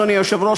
אדוני היושב-ראש,